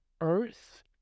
earth